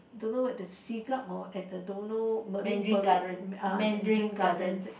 don't know at the Siglap or at the don't know Marine Parade uh Mandarin Garden